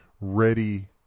ready